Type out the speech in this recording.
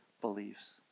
beliefs